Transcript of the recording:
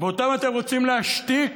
ואותם אתם רוצים להשתיק,